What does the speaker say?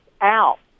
out